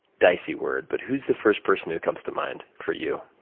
dicey word, but who's the first person who comes to mind for you?